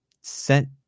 sent